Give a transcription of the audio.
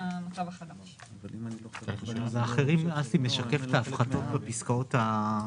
האם "האחרים" משקף את ההפחתות בפסקאות (א),